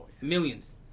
millions